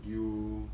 you